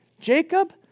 Jacob